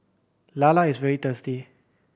lala is very tasty